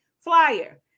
flyer